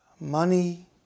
money